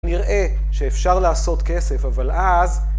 נראה שאפשר לעשות כסף, אבל אז...